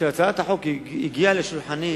כשהצעת החוק הגיעה לשולחני,